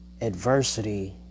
adversity